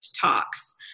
talks